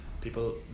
People